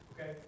Okay